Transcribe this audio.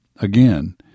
Again